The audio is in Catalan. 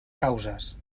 causes